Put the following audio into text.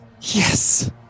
Yes